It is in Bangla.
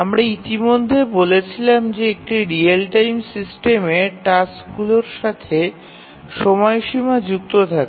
আমরা ইতিমধ্যে বলেছিলাম যে একটি রিয়েল টাইম সিস্টেমে টাস্কগুলির সাথে সময়সীমা যুক্ত থাকে